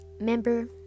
member